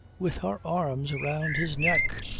with her arms round his neck.